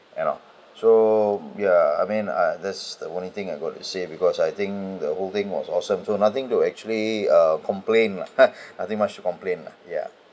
at all so ya I mean uh this the only thing I got to say because I think the whole thing was awesome so nothing to actually uh complain lah nothing much to complain lah ya